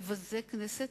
מבזה-כנסת,